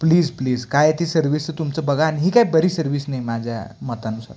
please please काय ती सर्विसचं तुमचं बघा आणि ही काय बरी सर्विस नाही माझ्या मतानुसार